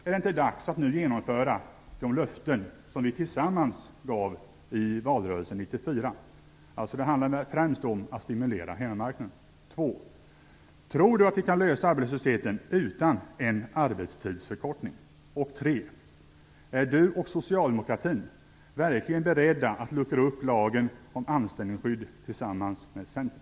Är det inte dags att nu genomföra de löften som vi tillsammans gav i valrörelsen 1994? Det handlar främst om att stimulera hemmamarknaden. För det andra. Tror ni att vi kan lösa arbetslösheten utan en arbetstidsförkortning? För det tredje. Är socialdemokratin verkligen beredd att tillsammans med Centern luckra upp lagen om anställningsskydd?